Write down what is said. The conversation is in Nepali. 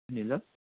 नि ल